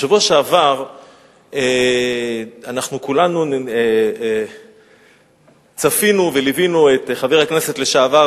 בשבוע שעבר כולנו צפינו וליווינו את חבר הכנסת לשעבר,